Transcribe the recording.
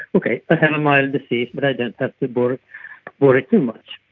okay, i have a mild disease, but i don't have to but worry too much.